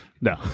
No